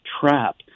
trap